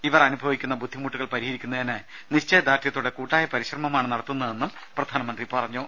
ഇവർ അനുഭവിക്കുന്ന ബുദ്ധിമുട്ടുകൾ പരിഹരിക്കുന്നതിന് നിശ്ചയ ദാർഢ്യത്തോടെ കൂട്ടായ പരിശ്രമമാണ് നടത്തുന്നതെന്നും പ്രധാനമന്ത്രി പറഞ്ഞു